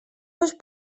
fos